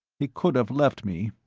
he could have left me.